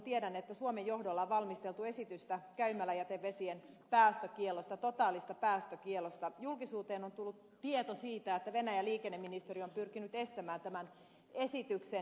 tiedän että suomen johdolla on valmisteltu esitystä käymäläjätevesien päästökiellosta totaalista päästökiellosta mutta julkisuuteen on tullut tieto siitä että venäjän liikenneministeri on pyrkinyt estämään tämän esityksen etenemisen